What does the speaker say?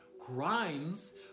crimes